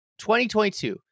2022